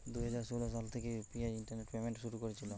দুই হাজার ষোলো সাল থেকে ইউ.পি.আই ইন্টারনেট পেমেন্ট শুরু হয়েছিল